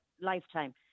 lifetime